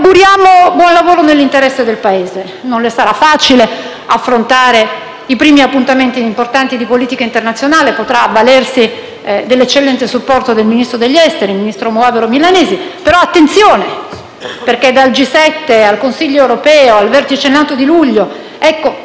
buon lavoro nell'interesse del Paese. Non le sarà facile affrontare i primi appuntamenti importanti di politica internazionale. Potrà avvalersi dell'eccellente supporto del ministro degli affari esteri Moavero Milanesi, ma attenzione perché, dal G7 al Consiglio europeo al vertice NATO di luglio, solo